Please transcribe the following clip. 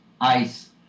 ice